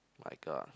like a